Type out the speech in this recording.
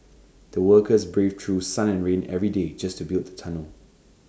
the workers braved through sun and rain every day just to build the tunnel